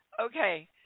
Okay